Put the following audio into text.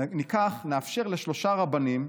נאפשר לשלושה רבנים,